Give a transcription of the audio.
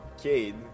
Cade